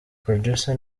producer